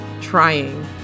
trying